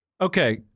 Okay